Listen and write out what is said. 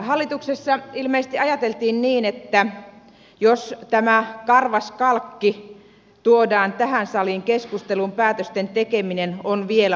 hallituksessa ilmeisesti ajateltiin niin että jos tämä karvas kalkki tuodaan tähän saliin keskusteluun päätösten tekeminen on vielä vaikeampaa